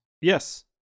Yes